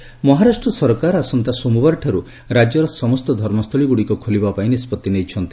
Maharashtra covid Maharashtra ସରକାର ଆସନ୍ତା ସୋମବାରଠାରୁ ରାଜ୍ୟର ସମସ୍ତ ଧର୍ମସ୍ଥଳୀଗୁଡ଼ିକ ଖୋଲିବା ପାଇଁ ନିଷ୍ପଭି ନେଇଛନ୍ତି